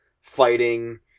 Fighting